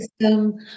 system